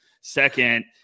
Second